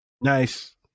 Nice